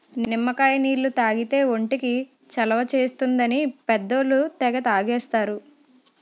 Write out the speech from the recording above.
నిమ్మకాయ నీళ్లు తాగితే ఒంటికి చలవ చేస్తుందని పెద్దోళ్ళు తెగ తాగేస్తారు